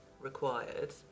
required